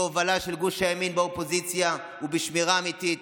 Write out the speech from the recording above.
בהובלה של גוש הימין באופוזיציה ובשמירה אמיתית,